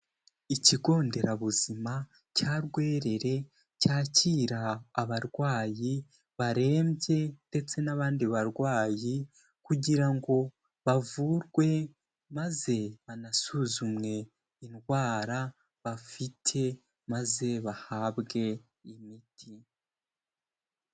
Ikigo nderabuzima cya Rwerere, cyakira abarwayi barembye ndetse n'abandi barwayi kugira ngo bavurwe, maze banasuzumwe indwara bafite maze bahabwe imiti.